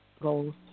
goals